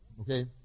okay